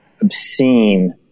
obscene